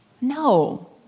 No